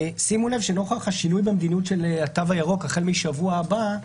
שימו לב שנוכח השינוי במדיניות של התו הירוק החל משבוע הבא,